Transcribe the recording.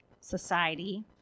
society